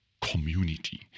community